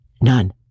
None